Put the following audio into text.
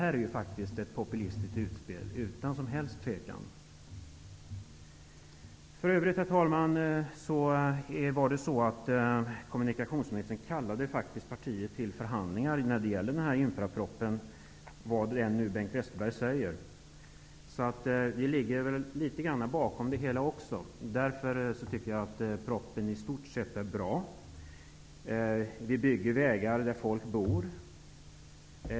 Här rör det sig utan någon som helst tvivel om ett populistiskt utspel. Kommunikationsminstern kallade faktiskt Ny demokrati till förhandlingar när det gällde infrastrukturpropositionen -- vad Bengt Westerberg sedan än säger. Också vi ligger således litet grand bakom det hela. Därför tycker jag att propositionen i stort sett är bra. Vi bygger vägar i områden där människor bor.